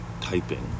typing